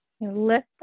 Lift